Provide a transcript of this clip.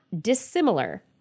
dissimilar